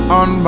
on